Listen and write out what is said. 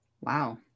Wow